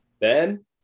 ben